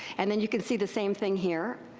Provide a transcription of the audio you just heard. and then you can see the same thing here,